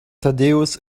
thaddäus